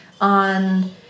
on